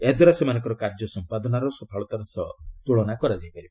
ଏହାଦ୍ୱାରା ସେମାନଙ୍କର କାର୍ଯ୍ୟ ସମ୍ପାଦନାର ସଫଳତାର ସହ ତୁଳନା କରାଯାଇପାରିବ